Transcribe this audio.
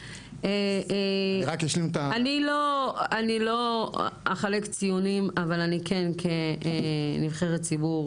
אני לא אחלק ציונים אבל אני כן כנבחרת ציבור